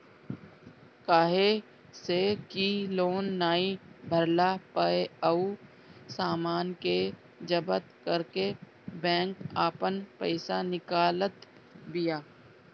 काहे से कि लोन नाइ भरला पअ उ सामान के जब्त करके बैंक आपन पईसा निकालत बिया